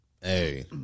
Hey